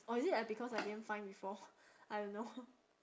or is it I because I didn't find before I don't know